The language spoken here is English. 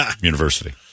university